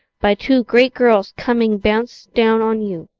by two great girls coming bounce down on you.